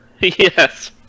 Yes